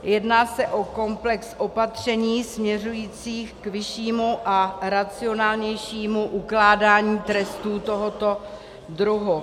Jedná se o komplex opatření směřujících k vyššímu a racionálnějšímu ukládání trestů tohoto druhu.